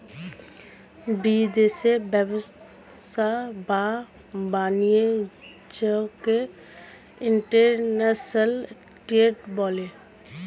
বিদেশি ব্যবসা বা বাণিজ্যকে ইন্টারন্যাশনাল ট্রেড বলে